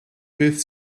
beth